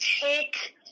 take